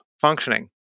functioning